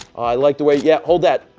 i like the way. yeah, hold that.